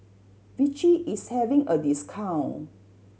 Vichy is having a discount